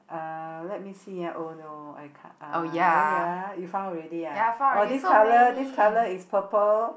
uh let me see ah oh no I can't oh ya you found already oh this colour this colour is purple